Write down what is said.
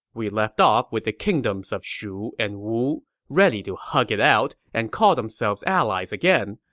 we left off with the kingdoms of shu and wu ready to hug it out and call themselves allies again,